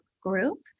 group